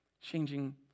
changing